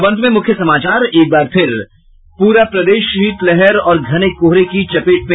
और अब अंत में मुख्य समाचार पूरा प्रदेश शीतलहर और घने कोहरे की चपेट में